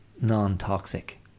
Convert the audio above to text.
non-toxic